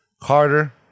Carter